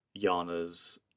Yana's